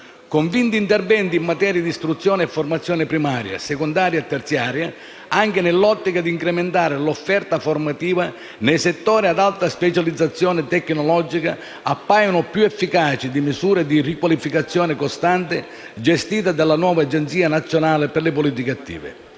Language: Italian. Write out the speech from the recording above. Convinti interventi in materia di istruzione e formazione primaria, secondaria e terziaria, anche nell’ottica di incrementare l’offerta formativa nei settori ad alta specializzazione tecnologica, appaiono più efficaci di misure di riqualificazione costante gestite dalla nuova Agenzia nazionale per le politiche attive